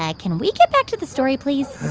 ah can we get back to the story, please?